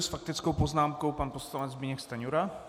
S faktickou poznámkou pan poslanec Zbyněk Stanjura.